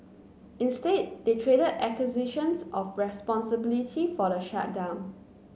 instead they traded accusations of responsibility for the shutdown